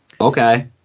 Okay